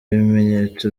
bimenyetso